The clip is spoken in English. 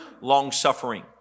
long-suffering